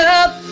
up